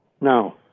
No